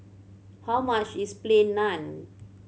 how much is Plain Naan